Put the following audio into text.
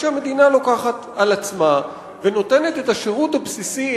שהמדינה לוקחת על עצמה ונותנת את השירות הבסיסי,